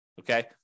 Okay